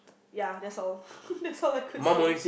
yeah that's all that's all I could say